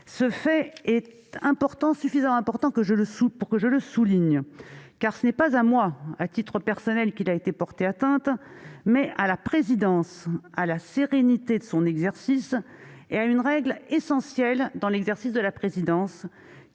Ce fait est suffisamment important pour que je le souligne. Ce n'est pas à moi, à titre personnel, qu'il a ainsi été porté atteinte. C'est à la présidence, à la sérénité de son exercice et à une règle essentielle dans l'exercice de la présidence